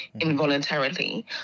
involuntarily